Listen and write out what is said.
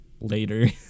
later